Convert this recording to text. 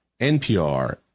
NPR